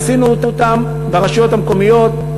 עשינו זאת ברשויות המקומיות,